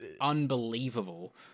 unbelievable